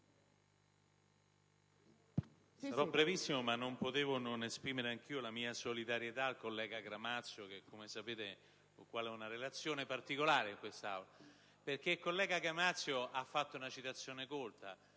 molto breve, ma non potevo non esprimere anch'io la mia solidarietà al collega Gramazio, con il quale, come sapete, ho una relazione particolare in quest'Aula. Il collega Gramazio ha fatto una citazione colta: